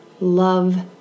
love